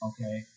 okay